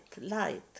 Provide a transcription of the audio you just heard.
light